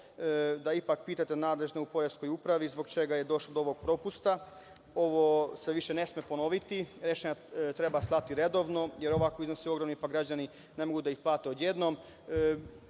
da ipak pitate nadležne u Poreskoj upravi zbog čega je došlo do ovog propusta. Ovo se više ne sme ponoviti. Rešenja treba slati redovno, jer ovako su iznosi ogromni pa građani ne mogu da ih plate odjednom.